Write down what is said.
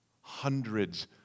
Hundreds